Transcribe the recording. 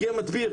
הגיע מדביר.